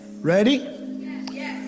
Ready